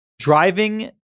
driving